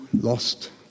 lost